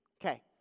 Okay